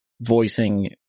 voicing